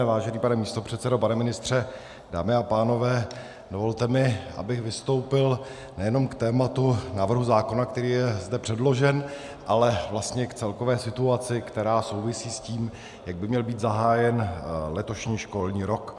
Vážený pane místopředsedo, pane ministře, dámy a pánové, dovolte mi, abych vystoupil nejenom k tématu návrhu zákona, který je zde předložen, ale vlastně k celkové situaci, která souvisí s tím, jak by měl být zahájen letošní školní rok.